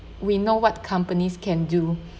we know what companies can do